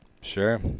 Sure